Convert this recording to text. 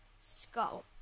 skull